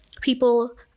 people